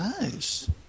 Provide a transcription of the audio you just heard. Nice